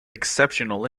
exceptional